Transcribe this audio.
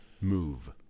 move